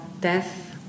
death